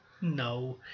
No